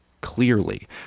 clearly